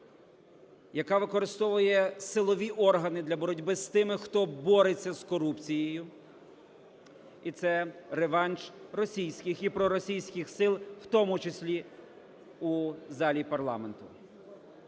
яка використовує силові органи для боротьби з тими, хто бореться з корупцією, і це реванш російських і проросійських сил в тому числі у залі парламенту.